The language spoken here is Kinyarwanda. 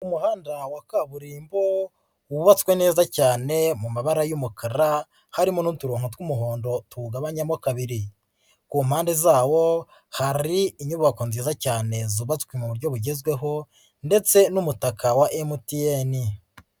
Umuhanda wa kaburimbo wubatswe neza cyane mu mabara y'umukara harimo n'uturongo tw'umuhondo tuwugabanyamo kabiri, ku mpande zawo hari inyubako nziza cyane zubatswe mu buryo bugezweho ndetse n'umutaka wa MTN.